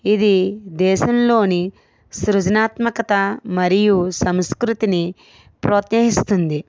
ఇది దేశంలోని సృజనాత్మకత మరియు సంస్కృతిని ప్రోత్సహిస్తుంది